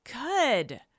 Good